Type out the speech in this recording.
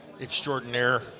extraordinaire